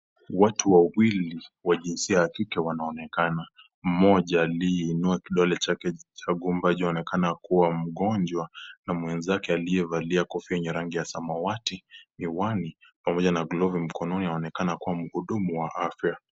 Watu wawili, wa jinsia ya kike, wanaonekana. Mmoja aliyeinua kidole chake cha gumba, anayeonekana kuwa mgonjwa na mwenzake aliyevalia kofia ya rangi ya samawati, miwani pamoja na glovu mikononi anaonekana kuwa mhudumu wa afya.